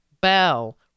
bell